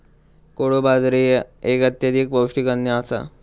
कोडो बाजरी एक अत्यधिक पौष्टिक अन्न आसा